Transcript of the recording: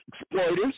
exploiters